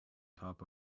top